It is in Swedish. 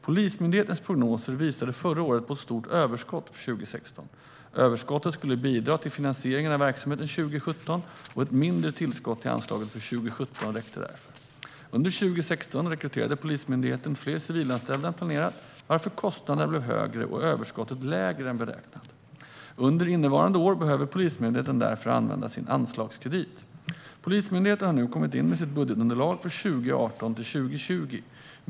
Polismyndighetens prognoser visade förra året på ett stort överskott för 2016. Överskottet skulle bidra till finansieringen av verksamheten 2017, och ett mindre tillskott till anslaget för 2017 räckte därför. Under 2016 rekryterade Polismyndigheten fler civilanställda än planerat, varför kostnaderna blev högre och överskottet lägre än beräknat. Under innevarande år behöver Polismyndigheten därför använda sin anslagskredit. Polismyndigheten har nu kommit in med sitt budgetunderlag för 2018-2020.